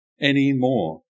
anymore